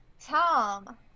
Tom